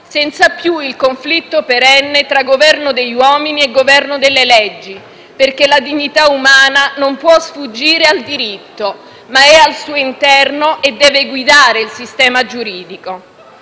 senza più il conflitto perenne tra governo degli uomini e governo delle leggi, perché la dignità umana non può sfuggire al diritto, ma è al suo interno e deve guidare il sistema giuridico.